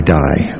die